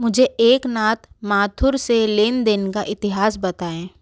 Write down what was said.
मुझे एकनात माथुर से लेन देन का इतिहास बताएँ